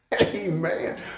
Amen